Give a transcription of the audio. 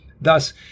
Thus